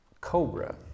cobra